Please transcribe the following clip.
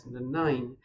2009